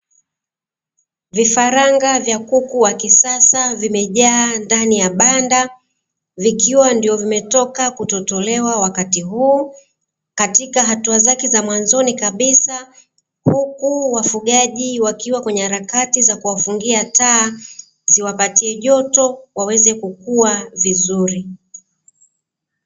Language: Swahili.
Vifaranga vya kuku wa kisasa vimejaa ndani ya banda vikiwa ndo vimetoka kutotolewa wakati huu. Katika hatua zake za mwanzano kabisa huku wafugaji wakiwa kwenye harakati za kuwafungia taa ziwapatie joto waweze kukua vizuri.